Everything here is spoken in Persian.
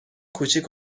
کوچیک